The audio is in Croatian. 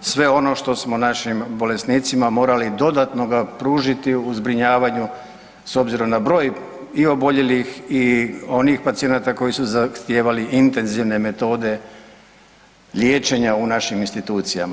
sve ono što smo našim bolesnicima morali dodatno pružiti u zbrinjavanju, s obzirom i na broj i oboljelih i onih pacijenata koji su zahtijevali intenzivne metode liječenja u našim institucijama.